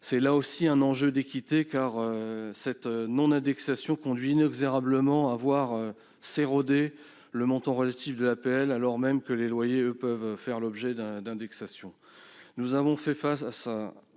C'est là aussi un enjeu d'équité, car cette non-indexation conduit inexorablement à voir s'éroder le montant relatif de l'APL, alors même que les loyers, eux, peuvent faire l'objet d'une indexation. Nous avons fait face